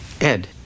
Ed